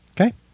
Okay